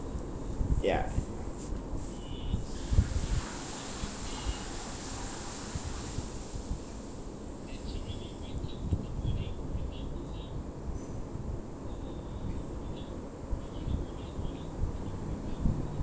ya